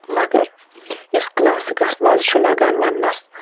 مگر یُس کلاسِکَس مَزٕ چھُ لَگان وَننَس